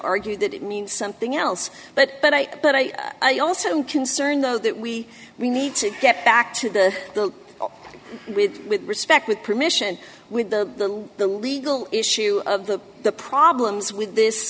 argue that it means something else but i but i also concern though that we we need to get back to the with with respect with permission with the legal issue of the the problems with this